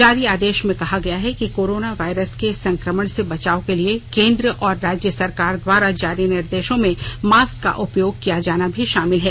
जारी आदेश में कहा गया है कि कोरोना वायरस के संकमण से बचाव के लिए केन्द्र और राज्य सरकार द्वारा जारी निर्देशों में मास्क का उपयोग किया जाना भी शामिल है